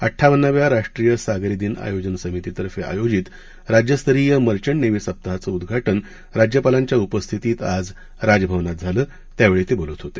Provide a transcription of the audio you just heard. अड्डावनाव्या राष्ट्रीय सागरी दिन आयोजन समितीतर्फे आयोजित राज्यस्तरीय मर्चंट नेव्ही सप्ताहाचं उद्घाटन राज्यपालांच्या उपस्थितीत आज राजभवनात झालं त्यावेळी ते बोलत होते